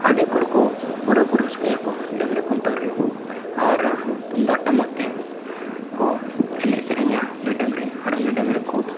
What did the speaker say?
ᱟᱫᱷᱮᱠ ᱦᱚᱲᱠᱚ ᱯᱩᱨᱟᱹ ᱠᱚ ᱨᱟᱹᱥᱠᱟᱹᱭᱟᱠᱚ ᱰᱟᱝᱨᱤ ᱠᱷᱩᱱᱴᱟᱹᱣᱨᱮ ᱟᱨ ᱛᱩᱢᱫᱟᱜᱼᱴᱟᱢᱟᱠ ᱛᱮᱠᱚ ᱮᱱᱮᱡᱼᱥᱮᱨᱮᱧᱟ ᱩᱱᱤ ᱰᱟᱹᱝᱨᱤ ᱟᱨ ᱩᱱᱤ ᱰᱟᱹᱝᱨᱤ ᱠᱷᱩᱵᱽ